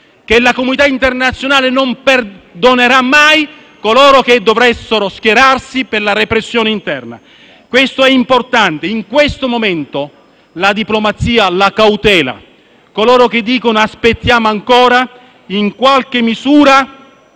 che la comunità internazionale non perdonerà mai coloro che dovessero schierarsi per la repressione interna. Questo è importante; in questo momento la diplomazia e la cautela di coloro che dicono di aspettare ancora favoriscono in qualche misura